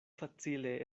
facile